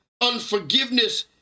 unforgiveness